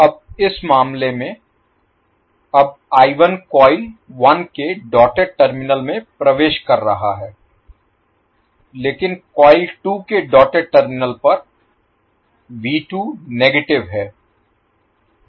अब इस मामले में अब कॉइल 1 के डॉटेड टर्मिनल में प्रवेश कर रहा है लेकिन कॉइल 2 के डॉटेड टर्मिनल पर नेगेटिव है